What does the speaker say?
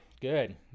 Good